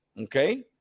Okay